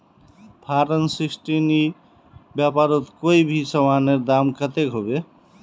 Form sixteen ई व्यापारोत कोई भी सामानेर दाम कतेक होबे?